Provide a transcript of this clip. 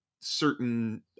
certain